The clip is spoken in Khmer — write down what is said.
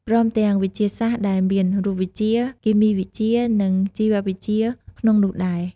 ព្រមទាំងវិទ្យាសាស្ត្រដែលមាន រូបវិទ្យា គីមីវិទ្យា និងជីវៈវិទ្យាក្នុងនោះដែរ។